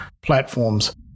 platforms